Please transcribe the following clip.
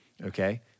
okay